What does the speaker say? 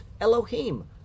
Elohim